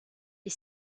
est